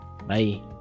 Bye